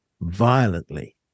violently